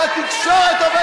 אני מצטערת להגיד